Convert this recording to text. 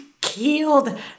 Killed